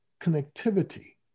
connectivity